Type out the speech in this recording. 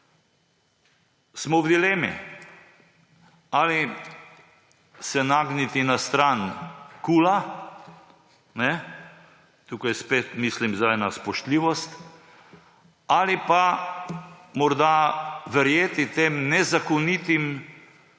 Smo v dilemi, ali se nagniti na stran KUL, kajne, tukaj spet mislim zdaj na spoštljivost, ali pa morda verjeti tem nezakonitim